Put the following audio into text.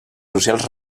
socials